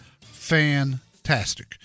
fantastic